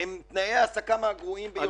הם תנאי העסקה מהגרועים ביותר.